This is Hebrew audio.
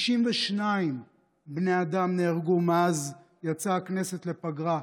62 בני אדם נהרגו מאז יצאה הכנסת לפגרה,